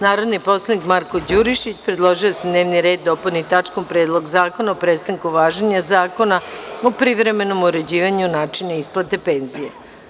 Narodni poslanik Marko Đurišić predložio je da se dnevni red dopuni tačkom – Predlog zakona o prestanku važenja Zakona o privremenom uređivanju i načinu isplate penzija.